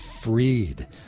freed